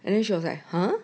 and then she was like !huh!